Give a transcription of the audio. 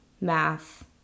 math